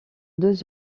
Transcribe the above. deux